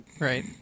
Right